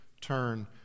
turn